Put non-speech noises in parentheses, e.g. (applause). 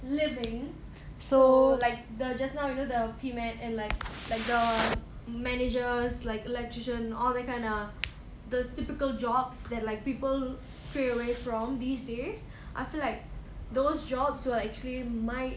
living so like the just now you know the P_M_E_T and like like the managers like electrician all that kind of (noise) the typical jobs that like people stray away from these days I feel like those jobs will actually might